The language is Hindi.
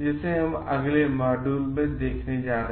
जिसे हम अगले मॉड्यूल में देखने जा रहे हैं